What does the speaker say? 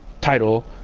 title